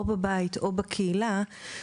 או בבית או בקהילה.